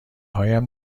هایم